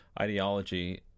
ideology